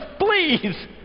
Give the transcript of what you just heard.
please